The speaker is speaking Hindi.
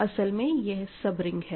असल में यह सब रिंग है